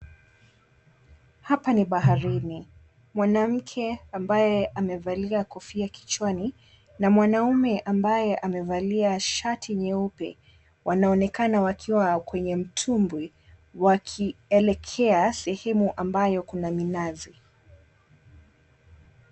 Hapa ni baharini, mwanamke ambaye amevalia kofia kichwa I na mwanaume ambaye amevalia shati nyeupe wanaonekana wakiwa kwenye utumbwi wakielekea sehemu ambayo Kuna minazi.